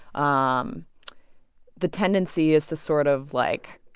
um the tendency is to sort of, like,